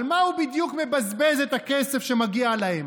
על מה הוא בדיוק מבזבז את הכסף שמגיע להם?